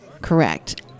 Correct